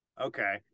okay